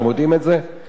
משרת אם,